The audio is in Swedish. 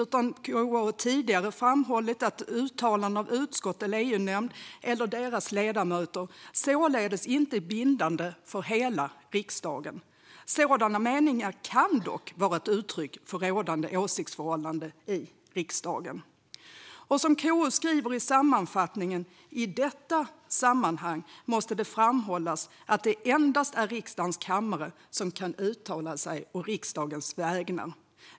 KU har tidigare framhållit att uttalanden av utskott eller EU-nämnd eller deras ledamöter således inte är bindande för hela riksdagen. Sådana meningar kan dock vara uttryck för rådande åsiktsförhållanden i riksdagen. Och som KU skriver i sammanfattningen: I detta sammanhang måste det framhållas att det endast är riksdagens kammare som kan uttala sig på riksdagens vägnar.